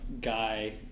guy